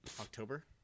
October